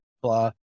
blah